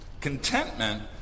Contentment